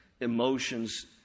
emotions